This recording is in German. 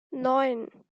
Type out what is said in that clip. neun